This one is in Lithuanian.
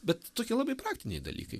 bet tokie labai praktiniai dalykai